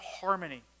harmony